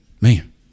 Man